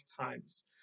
Times